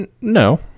No